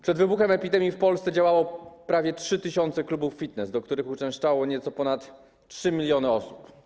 Przed wybuchem epidemii w Polsce działało prawie 3 tys. klubów fitness, do których uczęszczało nieco ponad 3 mln osób.